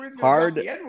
hard